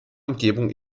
umgebung